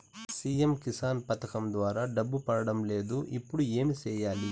CM Kisan పథకం ద్వారా డబ్బు పడడం లేదు ఇప్పుడు ఏమి సేయాలి